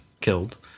killed